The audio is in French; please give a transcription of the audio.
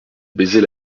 baiser